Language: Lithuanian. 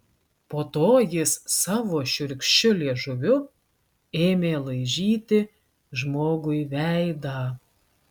po to jis savo šiurkščiu liežuviu ėmė laižyti žmogui veidą